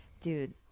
dude